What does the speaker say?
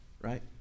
right